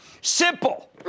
Simple